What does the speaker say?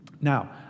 Now